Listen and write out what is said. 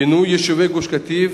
פינוי יישובי גוש-קטיף,